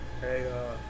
Hey